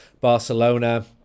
Barcelona